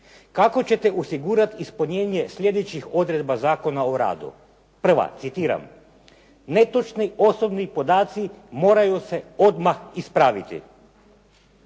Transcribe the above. kako ćete osigurat ispunjenje sljedećih odredba zakona o radu? Prva, citiram: "netočni osobni podaci moraju se odmah ispraviti."